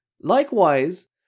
Likewise